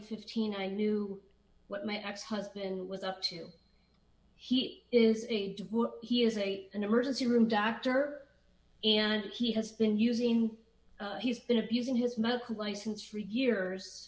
fifteen i knew what my ex husband was up to he did what he is a an emergency room doctor and he has been using me he's been abusing his medical license for years